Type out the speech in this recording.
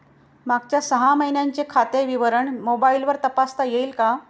मागच्या सहा महिन्यांचे खाते विवरण मोबाइलवर तपासता येईल का?